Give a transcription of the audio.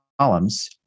columns